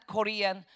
Korean